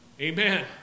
Amen